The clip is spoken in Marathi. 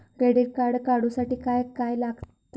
क्रेडिट कार्ड काढूसाठी काय काय लागत?